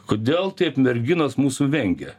kodėl taip merginos mūsų vengia